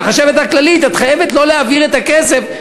החשבת הכללית: את חייבת לא להעביר את הכסף,